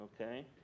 okay